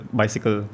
bicycle